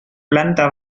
planta